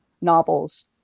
novels